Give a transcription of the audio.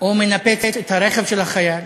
או מנפץ את הרכב של החייל